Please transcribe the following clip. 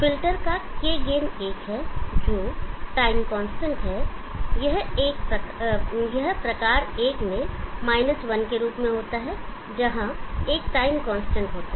filter का K gain एक है और जो टाइम कांस्टेंट है यह प्रकार एक में 1 के रूप में होता है जहां एक टाइम कांस्टेंट होता है